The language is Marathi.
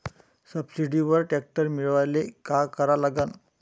सबसिडीवर ट्रॅक्टर मिळवायले का करा लागन?